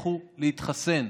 לכו להתחסן.